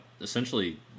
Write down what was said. essentially